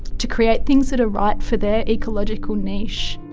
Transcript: to create things that are right for their ecological niche.